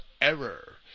error